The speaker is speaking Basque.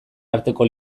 arteko